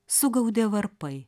sugaudė varpai